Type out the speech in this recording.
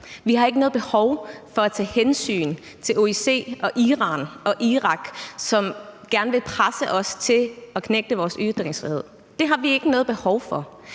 Vi har ikke noget behov for at tage hensyn til OIC og Iran og Irak, som gerne vil presse os til at knægte vores ytringsfrihed. Det har vi ikke noget behov for.